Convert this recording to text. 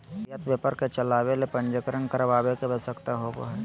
निर्यात व्यापार के चलावय ले पंजीकरण करावय के आवश्यकता होबो हइ